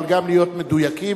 אבל גם להיות מדויקים.